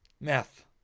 Meth